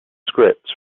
scripts